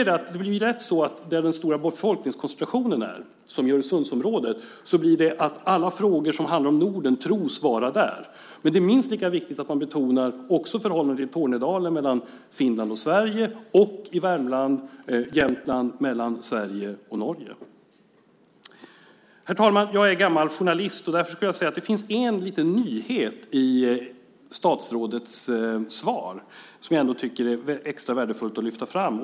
Det blir lätt så att alla frågor om Norden tros handla om områden med stor befolkningskoncentration, som Öresundsområdet. Men det är minst lika viktigt att man betonar förhållandena i Tornedalen mellan Finland och Sverige samt i Värmland och Jämtland mellan Sverige och Norge. Herr talman! Jag är gammal journalist, och därför ska jag säga att det finns en liten nyhet i statsrådets svar som jag tycker att det är extra värdefullt att lyfta fram.